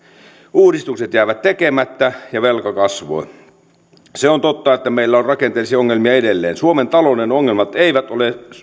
uudistukset jäivät tekemättä ja velka kasvoi se on totta että meillä on rakenteellisia ongelmia edelleen suomen talouden ongelmat eivät ole